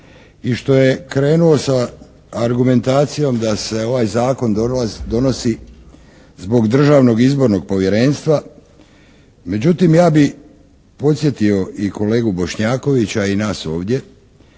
i što je krenuo sa argumentacijom da se ovaj zakon donosi zbog Državnog izbornog povjerenstva međutim ja bih podsjetio i kolegu Bošnjakovića i nas ovdje